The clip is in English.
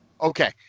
okay